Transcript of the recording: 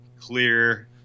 clear